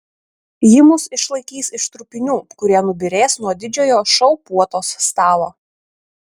ji mus išlaikys iš trupinių kurie nubyrės nuo didžiojo šou puotos stalo